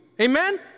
Amen